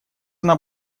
она